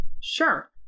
Sure